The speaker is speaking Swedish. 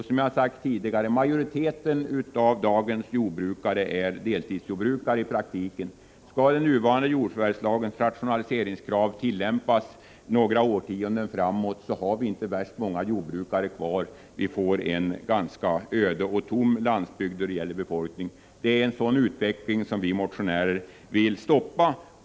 Som jag tidigare har sagt är majoriteten av dagens jordbrukare i praktiken deltidsjordbrukare. Skall den nuvarande jordförvärvslagens rationaliseringskrav tillämpas några årtionden framåt, har vi inte vidare många jordbrukare kvar. Vi får en ganska öde och folktom landsbygd. Det är en sådan utveckling som vi motionärer vill stoppa.